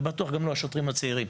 ובטוח גם לא השוטרים הצעירים,